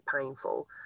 painful